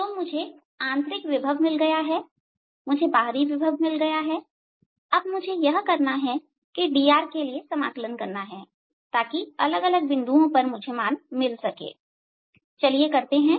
तो मुझे आंतरिक विभव मिल गया है मुझे बाहरी विभव मिल गया अब मुझे यह करना है कि dr के लिए समाकलन करना है ताकि अलग अलग बिंदुओं पर मान मिल सके चलिए करते हैं